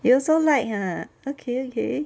you also like ah okay okay